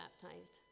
baptized